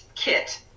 kit